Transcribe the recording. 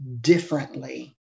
differently